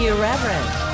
irreverent